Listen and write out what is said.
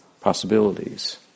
possibilities